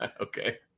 Okay